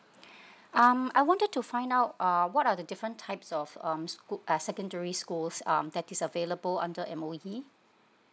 um I wanted to find out uh what are the different types of um scho~ ah secondary schools um that is available under M_O_E